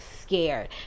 scared